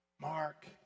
Mark